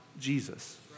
Jesus